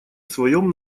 своем